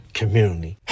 community